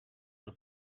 your